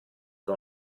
che